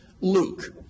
Luke